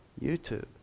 YouTube